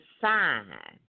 sign